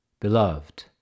Beloved